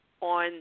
on